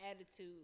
attitude